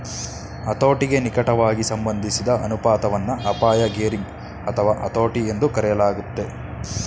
ಹತೋಟಿಗೆ ನಿಕಟವಾಗಿ ಸಂಬಂಧಿಸಿದ ಅನುಪಾತವನ್ನ ಅಪಾಯ ಗೇರಿಂಗ್ ಅಥವಾ ಹತೋಟಿ ಎಂದೂ ಕರೆಯಲಾಗುತ್ತೆ